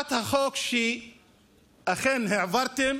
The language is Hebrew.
הצעת החוק שאתם העברתם